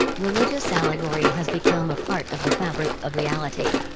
religious allegory has become a part of the fabric of reality.